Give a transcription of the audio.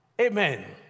Amen